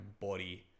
body